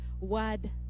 word